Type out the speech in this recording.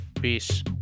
Peace